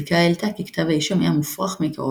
הבדיקה העלתה כי כתב האישום היה מופרך מעיקרו